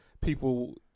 people